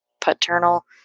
paternal